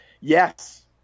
yes